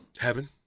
Heaven